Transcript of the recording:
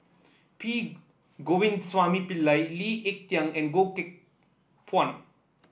P Govindasamy Pillai Lee Ek Tieng and Goh Teck Phuan